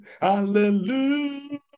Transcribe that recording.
hallelujah